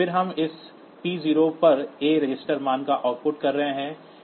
फिर हम इस p0 पर A रजिस्टर मान का आउटपुट कर रहे हैं